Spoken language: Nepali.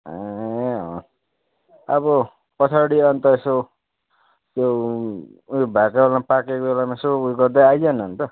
ए अँ अब पछाडि अन्त यसो त्यो उयो भएको बेलामा पाकेको बेलामा यसो उयो गर्दै आइज न अन्त